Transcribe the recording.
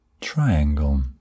Triangle